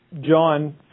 John